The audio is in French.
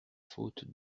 faute